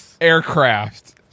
aircraft